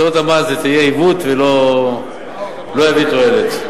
באמצעות המס זה יהיה עיוות ולא יביא תועלת.